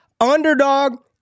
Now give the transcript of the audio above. underdog